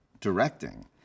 directing